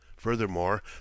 Furthermore